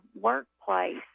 workplace